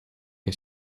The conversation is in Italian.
che